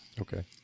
Okay